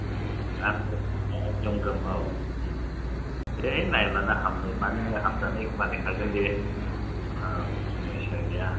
आं गोम गोम औ बेहाय नायब्लानो हामनाय माने हामजानाय बानायखागोन दे औ समयसा गैया